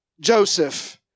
Joseph